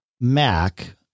Mac